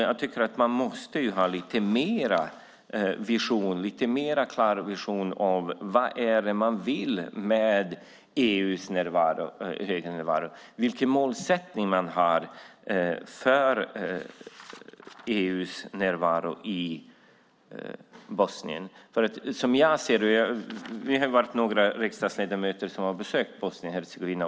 Jag tycker att man måste ha en lite klarare vision om vad det är man vill och vilken målsättning man har för EU:s närvaro i Bosnien. Vi är några riksdagsledamöter som har besökt Bosnien och Hercegovina.